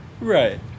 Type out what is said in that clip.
Right